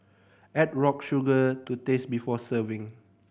add rock sugar to taste before serving